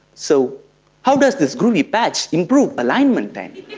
so how does this groovy patch improve alignment then?